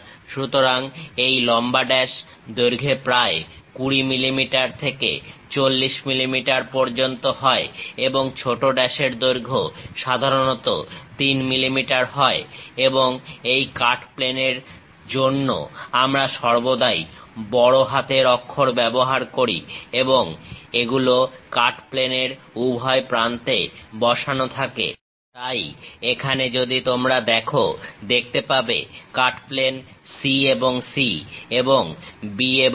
সাধারণত এই লম্বা ড্যাশ দৈর্ঘ্যে প্রায় 20 mm থেকে 40 mm পর্যন্ত হয় এবং ছোট ড্যাশের দৈর্ঘ্য সাধারণত 3 mm হয় এবং এই কাট প্লেন ের জন্য আমরা সর্বদাই বড় হাতের অক্ষর ব্যবহার করি এবং এগুলো কাট প্লেন ের উভয় প্রান্তে বসানো থাকে তাই এখানে যদি তোমরা দেখো দেখতে পাবে কাট প্লেন C এবং C এবং B এবং B